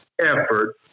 effort